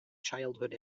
childhood